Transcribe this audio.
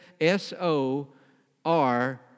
S-O-R